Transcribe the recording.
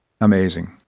Amazing